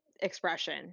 expression